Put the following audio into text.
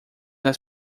nas